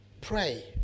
pray